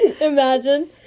imagine